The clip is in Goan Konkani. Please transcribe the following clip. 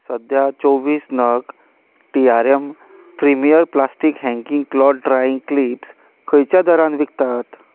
सद्याक चोवीस नग T R M premier plastic hanging cloth drying clips खंयच्या दरान विकतात